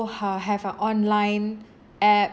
ha~ have a online app